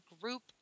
group